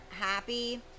happy